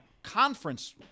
conference